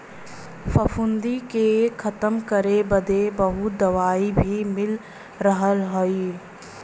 फफूंदी के खतम करे बदे बहुत दवाई भी मिल रहल हई